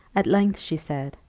at length she said,